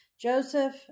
Joseph